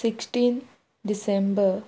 sixteen December